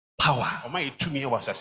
Power